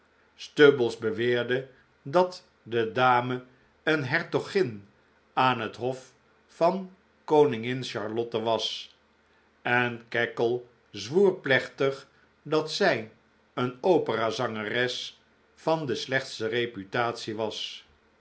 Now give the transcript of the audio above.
stubbles beweerde dat de dame een hertogin aan het hof van koningin charlotte was en cackle zwoer plechtig dat zij een operazangeres van de slechtste reputatie was